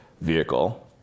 vehicle